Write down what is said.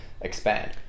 expand